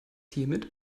hiermit